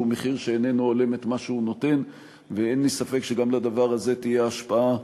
אתם גם מסכנים את קיומה של מדינת ישראל בצורה שנאבד את הרוב